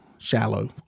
shallow